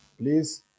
Please